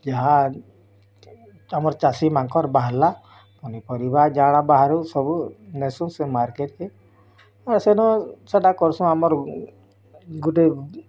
ଯାହା ଆମର୍ ଚାଷୀମାଙ୍କର ବାହାରିଲା ପନିପରିବା ଜାଳା ବାହାରୁ ସବୁ ନେସୁ ସେ ମାର୍କେଟ୍କେ ଆର ସେନ ସେଟା କରସୁଁ ଆମର୍ ଗୁଟେ